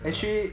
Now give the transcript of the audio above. actually